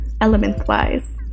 element-wise